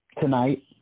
tonight